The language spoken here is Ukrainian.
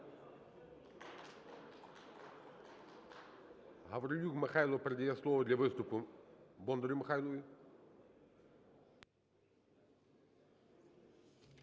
Гаврилюк Михайло передає слово для виступу Бондарю Михайлові.